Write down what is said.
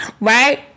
right